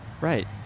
Right